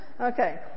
Okay